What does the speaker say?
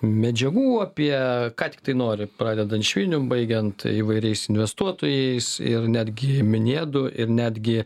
medžiagų apie ką tiktai nori pradedant švinium baigiant įvairiais investuotojais ir netgi minėdu ir netgi